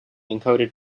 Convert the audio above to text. encoded